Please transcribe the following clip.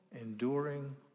enduring